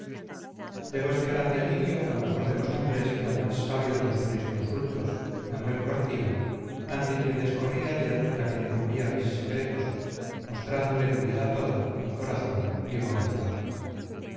debo este grande alivio al mejor de los hombres y al más sabio de los jurisconsultos manuel cortina ante quien descorrí ayer la que encubría mis secretos mostrándole mi vida toda mi corazón mi voluntad